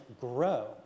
grow